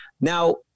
Now